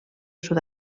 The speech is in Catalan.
sud